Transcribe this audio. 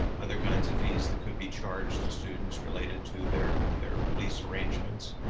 other kinds of fees that could be charged to students related to their their lease arrangements.